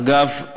אגב,